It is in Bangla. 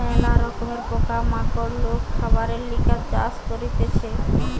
ম্যালা রকমের পোকা মাকড় লোক খাবারের লিগে চাষ করতিছে